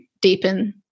deepen